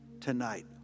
tonight